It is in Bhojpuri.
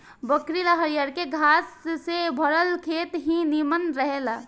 बकरी ला हरियरके घास से भरल खेत ही निमन रहेला